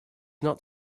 not